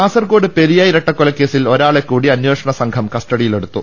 കാസർകോഡ് പെരിയ ഇരട്ടക്കൊലക്കേസിൽ ഒരാളെകൂടി അന്വേ ഷണ സംഘം കസ്റ്റഡിയിലെടുത്തു